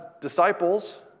disciples